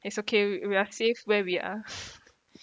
it's okay w~ we are safe where we are